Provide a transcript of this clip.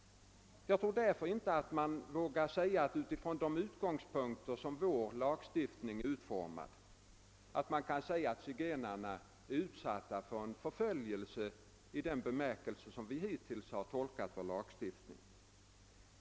Därför vågar man nog inte påstå att zigenarna är utsatta för politisk förföljelse i den bemärkelse som hittills åsyftats i vår lagstiftning.